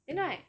then right